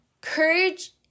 Courage